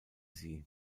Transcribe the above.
sie